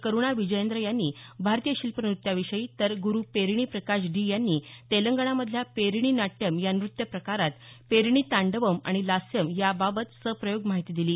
करूणा विजयेंद्र यांनी भारतीय शिल्पनत्याविषयी तर गुरु पेरणी प्रकाश डी यांनी तेलंगणामधल्या पेरणी नाट्यम या नृत्यप्रकारात पेरणी तांडवम् आणि लास्यम् याबाबत सप्रयोग माहिती दिली